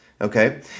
Okay